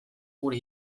gure